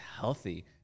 healthy